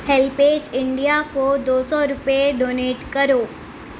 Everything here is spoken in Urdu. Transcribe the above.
ہیلپیج انڈیا کو دو سو روپے ڈونیٹ کرو